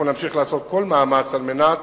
אנחנו נמשיך לעשות כל מאמץ על מנת